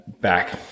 back